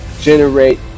Generate